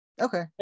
Okay